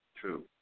True